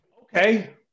Okay